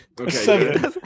Okay